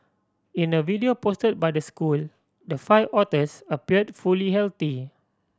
in a video posted by the school the five otters appeared fully healthy